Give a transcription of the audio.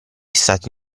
stato